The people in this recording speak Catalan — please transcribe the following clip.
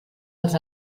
els